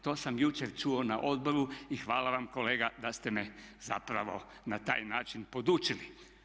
To sam jučer čuo na odboru i hvala vam kolega da ste me zapravo na taj način podučili.